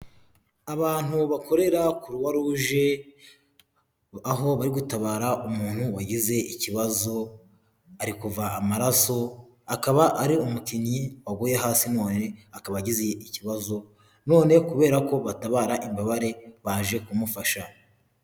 Abantu bakorera kuruwaruje aho bari gutabara umuntu wagize ikibazo, ari kuva amaraso akaba ari umukinnyi waguye hasi none akaba agize ikibazo, none kubera ko batabara imbabare baje kumufasha.